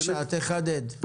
בבקשה, תחדד.